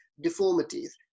deformities